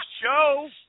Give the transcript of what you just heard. show